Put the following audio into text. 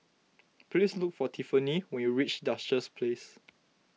please look for Tiffani when you reach Duchess Place